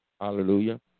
Hallelujah